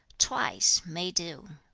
twice may do